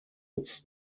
its